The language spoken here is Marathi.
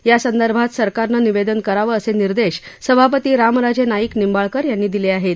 यासंदर्भात सरकारनं निवव्वन करावं अस निर्देश सभापती रामराज नाईक निंबाळकर यांनी दिल आहम्म